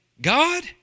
God